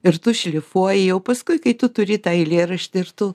ir tu šlifuoji jau paskui kai tu turi tą eilėraštį ir tu